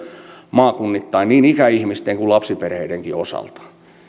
maakunnittain niin ikäihmisten kuin lapsiperheidenkin osalta